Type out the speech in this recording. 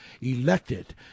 elected